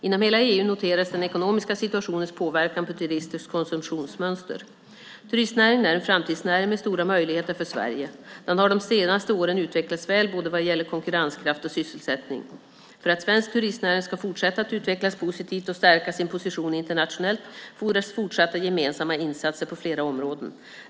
Inom hela EU noterades den ekonomiska situationens påverkan på turisters konsumtionsmönster. Turistnäringen är en framtidsnäring med stora möjligheter för Sverige. Den har de senaste åren utvecklats väl, både vad gäller konkurrenskraft och sysselsättning. För att svensk turistnäring ska fortsätta att utvecklas positivt och stärka sin position internationellt fordras fortsatta gemensamma insatser på flera områden.